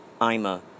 Ima